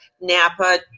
Napa